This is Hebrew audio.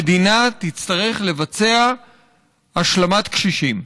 המדינה תצטרך לבצע השלמת קשישים.